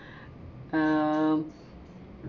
um